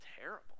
terrible